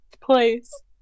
place